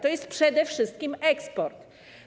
To jest przede wszystkim eksport.